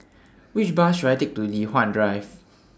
Which Bus should I Take to Li Hwan Drive